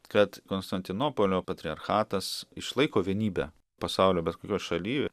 kad konstantinopolio patriarchatas išlaiko vienybę pasaulio bet kokioj šaly